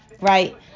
right